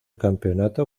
campeonato